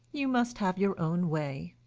you must have your own way.